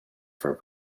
for